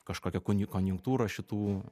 kažkokia konju konjunktūros šitų